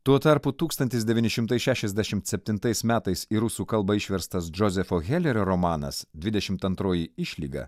tuo tarpu tūkstantis devyni šimtai šešiasdešimt septintais metais į rusų kalbą išverstas džozefo helerio romanas dvidešimt antroji išlyga